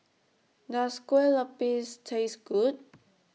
Does Kueh Lopes Taste Good